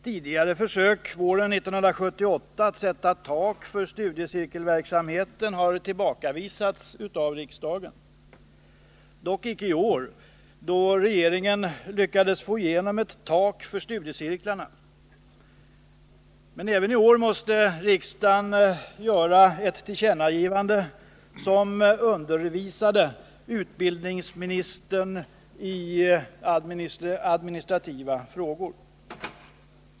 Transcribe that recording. Tidigare försök, våren 1978, att sätta tak för studiecirkelverksamhet har tillbakavisats av riksdagen. Dock icke i år, då regeringen lyckades få igenom ett tak för studiecirklarna. Men även i år måste riksdagen göra ett tillkännagivande som undervisar utbildningsministern i administrativa frågor.